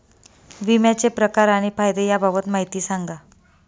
विम्याचे प्रकार आणि फायदे याबाबत माहिती सांगा